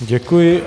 Děkuji.